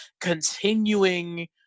continuing